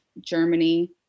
Germany